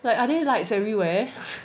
like are there lights every where